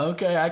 Okay